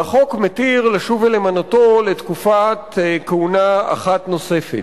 והחוק מתיר לשוב ולמנותו לתקופת כהונה אחת נוספת.